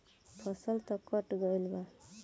फसल तऽ कट गइल बा